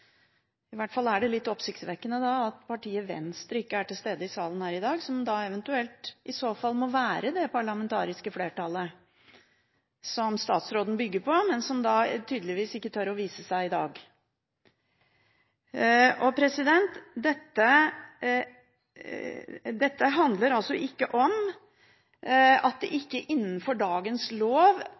i hvert fall er det litt oppsiktsvekkende at partiet Venstre, som eventuelt må være en del av det parlamentariske flertallet som statsråden bygger på, ikke er til stede i salen her i dag. Men Venstre tør tydeligvis ikke å vise seg i dag. Dette handler ikke om at det ikke innenfor dagens lov